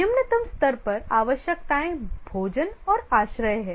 निम्नतम स्तर पर आवश्यकताएं भोजन और आश्रय हैं